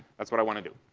that's what i want to do.